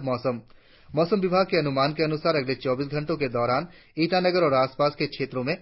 और अब मौसम मौसम विभाग के अनुमान के अनुसार अगले चौबीस घंटो के दौरान ईटानगर और आसपास के क्षेत्रो में